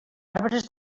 arbres